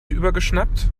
übergeschnappt